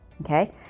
Okay